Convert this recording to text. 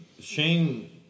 Shane